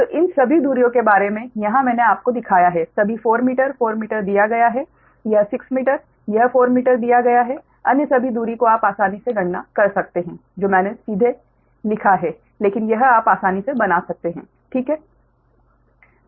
तो इन सभी दूरियों के बारे में यहाँ पर मैंने आपको दिखाया है सभी 4 मीटर 4 मीटर दिया गया है यह 6 मीटर यह 4 मीटर दिया गया है अन्य सभी दूरियों को आप आसानी से गणना कर सकते हैं जो मैंने सीधे लिखा है लेकिन यह आप आसानी से बना सकते हैं ठीक है